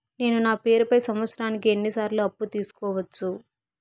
నేను నా పేరుపై సంవత్సరానికి ఎన్ని సార్లు అప్పు తీసుకోవచ్చు?